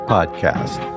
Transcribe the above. Podcast